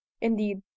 Indeed